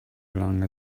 gelang